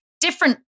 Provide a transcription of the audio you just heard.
different